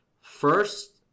First